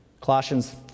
Colossians